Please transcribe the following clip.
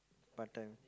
part-time